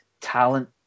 talent